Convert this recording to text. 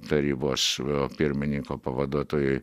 tarybos pirmininko pavaduotojui